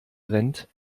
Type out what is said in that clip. brennt